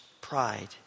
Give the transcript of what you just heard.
pride